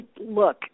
look